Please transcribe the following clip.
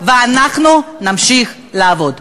ואנחנו נמשיך לעבוד.